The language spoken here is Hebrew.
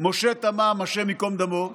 משה תמם, השם ייקום דמו,